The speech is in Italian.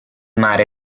mare